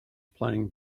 playing